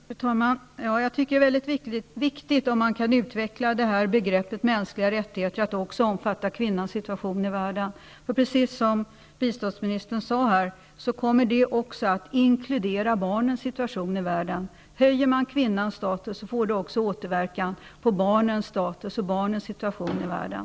Fru talman! Jag tycker det är väldigt viktigt att man kan utveckla begreppet mänskliga rättigheter till att också omfatta kvinnans situation i världen. Precis som biståndsministern sade kommer det att inkludera barnens situation i världen. Om man höjer kvinnans status, får det återverkan på barnens status och situation i världen.